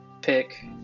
pick